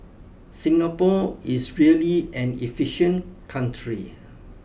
Singapore is really an efficient country